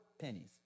pennies